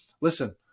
Listen